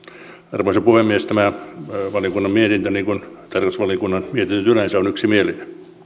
arvoisa puhemies tämä valiokunnan mietintö niin kuin tarkastusvaliokunnan mietinnöt yleensä on yksimielinen